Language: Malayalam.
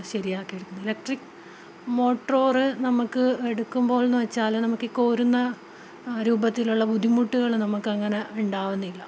ശരിയാക്കിയെടുക്കുന്നത് ഇലക്ട്രിക് മോട്ടോര് നമുക്ക് എടുക്കുമ്പോഴെന്ന് വെച്ചാല് നമുക്ക് കോരുന്ന രൂപത്തിലുള്ള ബുദ്ധിമുട്ടുകള് നമുക്കങ്ങനെയുണ്ടാകുന്നില്ല